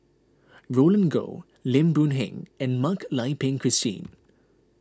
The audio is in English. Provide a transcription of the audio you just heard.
Roland Goh Lim Boon Heng and Mak Lai Peng Christine